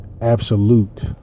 absolute